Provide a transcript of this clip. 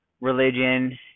religion